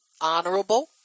honorable